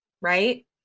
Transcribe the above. Right